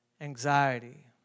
anxiety